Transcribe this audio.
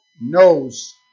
knows